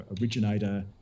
originator